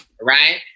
right